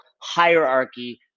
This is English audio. hierarchy